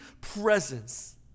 presence